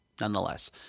nonetheless